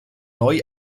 neu